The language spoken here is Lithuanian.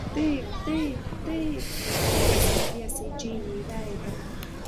taip taip taip suriko pirsas tiesiai džeinei į veidą